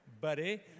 buddy